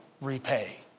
repay